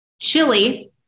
chili